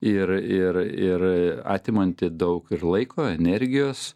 ir ir ir atimanti daug ir laiko energijos